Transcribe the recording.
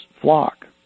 flock